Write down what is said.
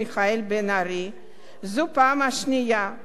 זו פעם השנייה במהלך הקדנציה הנוכחית,